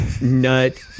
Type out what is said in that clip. nut